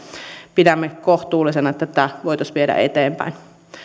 pidämme kohtuullisena että tätä voitaisiin viedä eteenpäin